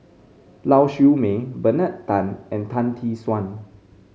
Lau Siew Mei Bernard Tan and Tan Tee Suan